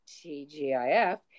TGIF